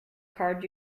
card